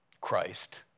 Christ